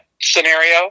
scenario